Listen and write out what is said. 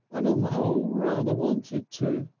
and on the whole rather wanted to.